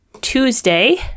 Tuesday